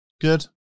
Good